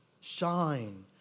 shine